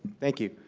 thank you.